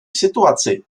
situaci